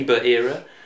era